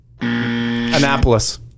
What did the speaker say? Annapolis